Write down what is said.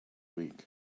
week